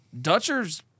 Dutchers